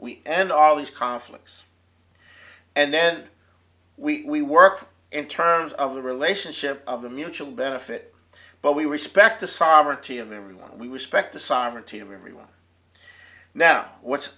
works and all these conflicts and then we work in terms of the relationship of the mutual benefit but we respect the sovereignty of everyone we respect the sovereignty of everyone now what